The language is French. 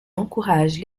encouragent